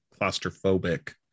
claustrophobic